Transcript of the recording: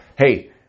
hey